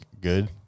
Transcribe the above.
good